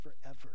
forever